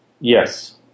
Yes